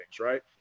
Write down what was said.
Right